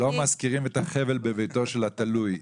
לא מזכירים את החבל בביתו של התלוי.